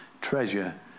treasure